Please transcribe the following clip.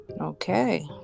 okay